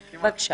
בבקשה.